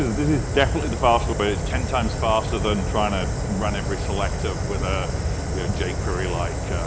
this is definitely the faster way. it's ten times faster than trying to run every selector with a jquery-like